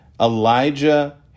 Elijah